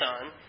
son